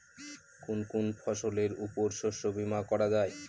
কোন কোন ফসলের উপর শস্য বীমা করা যায়?